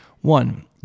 One